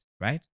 Right